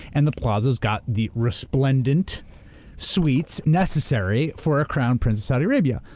and the plaza's got the resplendent suites necessary for a crowned prince of saudi arabia.